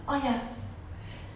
oh ya